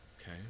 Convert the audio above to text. Okay